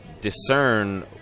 discern